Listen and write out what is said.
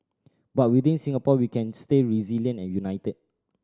but within Singapore we can stay resilient and united